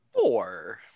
Four